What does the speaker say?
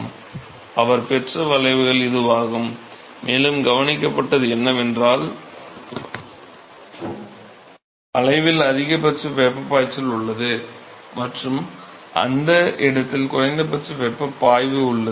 எனவே அவர் பெற்ற வளைவு இதுவாகும் மேலும் கவனிக்கப்பட்டது என்னவென்றால் வளைவில் அதிகபட்ச வெப்பப் பாய்ச்சல் உள்ளது மற்றும் அந்த இடத்தில் குறைந்தபட்ச வெப்பப் பாய்வு உள்ளது